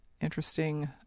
interesting